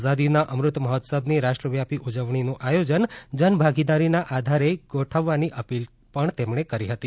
આઝાદીના અમૃત મહોત્સવની રાષ્ટ્રવ્યાપી ઉજવણીનું આયોજન જન ભાગીદારીના આધારે ગોઠવવાની અપીલ પણ તેમણે કરી હતી